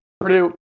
Purdue